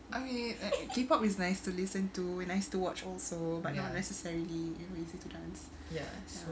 I mean uh K pop is nice to listen nice to watch also but not necessarily it'll be easy to dance